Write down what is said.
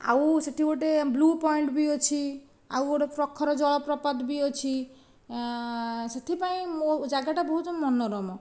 ଆଉ ସେହିଠି ଗୋଟେ ବ୍ଲୁ ପଏଣ୍ଟ ବି ଅଛି ଆଉ ଗୋଟେ ପ୍ରଖର ଜଳ ପ୍ରପାତ ବି ଅଛି ସେଥିପାଇଁ ଜାଗାଟା ବହୁତ ମନରମ